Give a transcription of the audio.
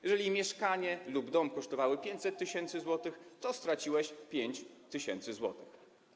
Jeżeli mieszkanie lub dom kosztowały 500 tys. zł, to straciłeś 5 tys. zł.